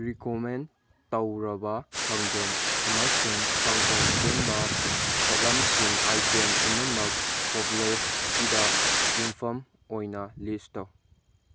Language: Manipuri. ꯔꯤꯀꯃꯦꯟ ꯇꯧꯔꯕ ꯁꯪꯒꯣꯝ ꯑꯃꯁꯨꯡ ꯁꯪꯒꯣꯝ ꯁꯦꯝꯕ ꯄꯣꯠꯂꯝꯁꯤꯡ ꯑꯥꯏꯇꯦꯝ ꯄꯨꯝꯅꯃꯛ ꯄꯣꯄꯨꯂꯔꯤꯇꯤꯗ ꯌꯨꯝꯐꯝ ꯑꯣꯏꯗꯨꯅ ꯂꯤꯁ ꯇꯧ